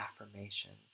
affirmations